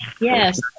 Yes